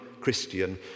Christian